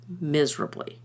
miserably